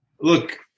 Look